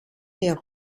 der